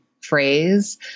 phrase